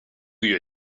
you